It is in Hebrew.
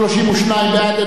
32 בעד,